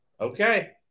Okay